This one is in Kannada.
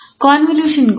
ಕಾಂವೊಲ್ಯೂಷನ್ ಗುಣ